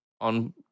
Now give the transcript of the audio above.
on